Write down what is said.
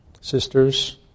sisters